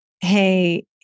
hey